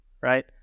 right